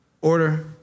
order